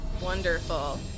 wonderful